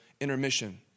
intermission